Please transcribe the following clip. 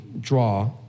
draw